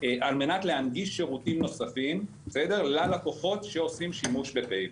על-מנת להנגיש שירותים נוספים ללקוחות שעושים שימוש ב"פייבוקס".